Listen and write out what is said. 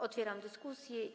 Otwieram dyskusję.